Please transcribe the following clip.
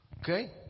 Okay